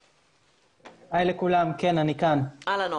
אהלן, עומר.